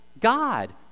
God